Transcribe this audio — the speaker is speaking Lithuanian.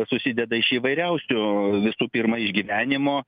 susideda iš įvairiausių visų pirma išgyvenimo